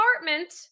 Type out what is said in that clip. apartment